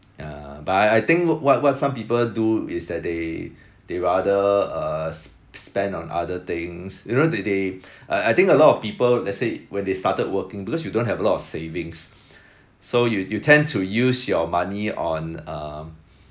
uh but I I think what what some people do is that they they rather err s~ spend on other things you know they they I I think a lot of people let's say when they started working because you don't have a lot of savings so you you tend to use your money on um